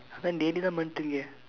one day the number three eh